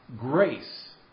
grace